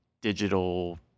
digital